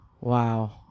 Wow